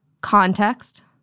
Context